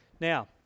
Now